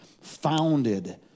founded